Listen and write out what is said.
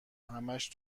همش